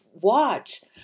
watch